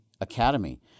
Academy